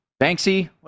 Banksy